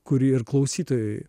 kuri ir klausytojui